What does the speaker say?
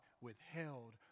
withheld